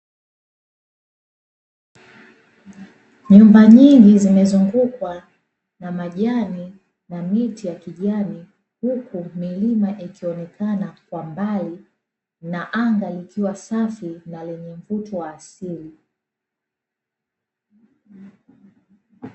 Nyumba nyingi zimezungukwa na majani na miti ya kijani, huku milima ikionekana kwa mbali na anga likiwa safi na lenye mvuto wa asili.